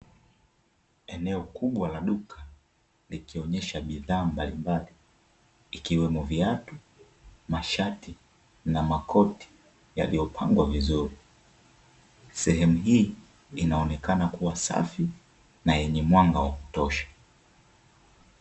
Eneo kubwa la duka likionesha bidhaa mbalimbali, ikiwemo viatu, mashati, na makoti yaliyopangwa vizuri ,sehemu hii inaonekana kuwa safi na yenye mwanga wa kutosha.